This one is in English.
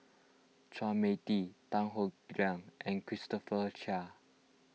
Chua Mia Tee Tan Howe Liang and Christopher Chia